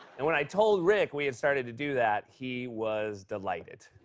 and when i told rick we had started to do that, he was delighted.